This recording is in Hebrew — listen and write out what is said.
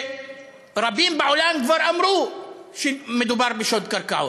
רבים בעולם כבר אמרו שמדובר בשוד קרקעות.